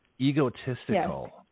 egotistical-